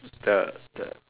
the the